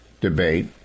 debate